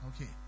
Okay